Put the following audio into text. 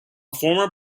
former